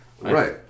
right